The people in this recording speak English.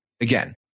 again